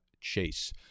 Chase